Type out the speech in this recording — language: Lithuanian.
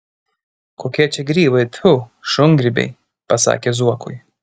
kokie čia grybai tfu šungrybiai pasakė zuokui